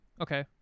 Okay